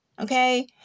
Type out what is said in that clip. okay